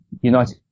United